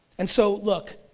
and so look,